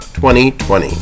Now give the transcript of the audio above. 2020